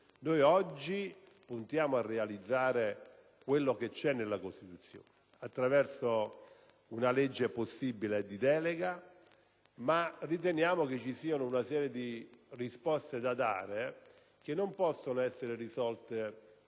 Oggi puntiamo a realizzare quanto è scritto nella Costituzione attraverso una possibile legge di delega, e riteniamo che ci siano una serie di risposte da dare che non possono essere risolte